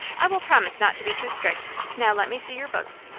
i will promise not to be too strict. now let me see your books.